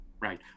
Right